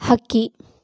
ಹಕ್ಕಿ